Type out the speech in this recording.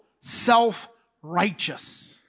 self-righteous